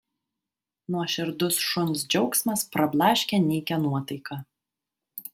nuoširdus šuns džiaugsmas prablaškė nykią nuotaiką